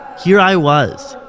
here i was,